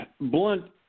Blunt